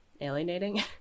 alienating